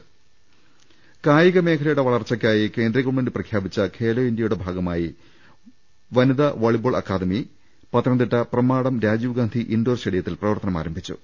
രുട്ട്ട്ട്ട്ട്ട്ട്ട്ട്ട്ട കായികമേഖലയുടെ വളർച്ചയ്ക്കായി കേന്ദ്രഗവൺമെന്റ് പ്രഖ്യാപിച്ച ഖേലോ ഇന്തൃയുടെ ഭാഗമായി വനിതാ volleyball academy Pathanamthitta Pramadam Rajiv Gandhi indoor സ്റ്റേഡിയത്തിൽ പ്രവർത്തനമാരംഭി ച്ചു